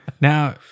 now